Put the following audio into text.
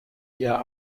ihr